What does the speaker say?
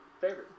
favorite